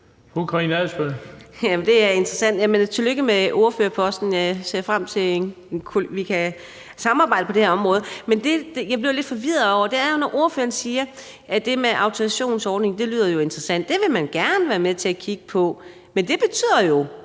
Det er interessant. Jamen tillykke med ordførerposten. Jeg ser frem til, at vi kan samarbejde på det her område. Det, jeg bliver lidt forvirret over, er, at ordføreren siger, at det med en autorisationsordning lyder interessant, og at det vil man gerne være med til at kigge på, men det betyder jo,